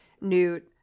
Newt